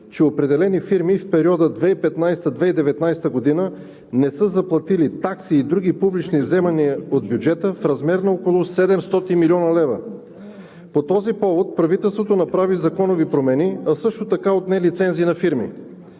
г. определени фирми не са заплатили такси и други публични вземания от бюджета в размер на около 700 млн. лв. По този повод правителството направи законови промени, а също така отне лицензи на фирми.